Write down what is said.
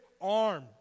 arm